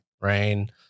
rain